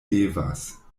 devas